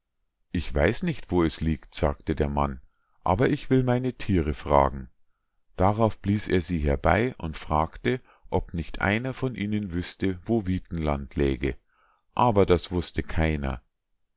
ich weiß nicht wo es liegt sagte der mann aber ich will meine thiere fragen darauf blies er sie herbei und fragte ob nicht einer von ihnen wüßte wo witenland läge aber das wußte keiner